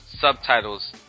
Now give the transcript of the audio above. subtitles